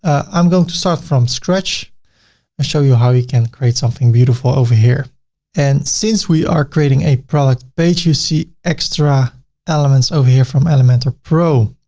i'm going to start from scratch and show you how we can create something beautiful over here and since we are creating a product page, you see extra elements over here from elementor pro.